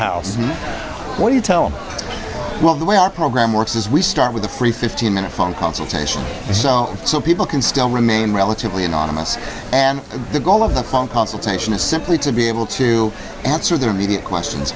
when you tell well the way our program works is we start with a free fifteen minute phone consultation so so people can still remain relatively anonymous and the goal of the phone consultation is simply to be able to answer their immediate questions